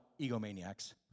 egomaniacs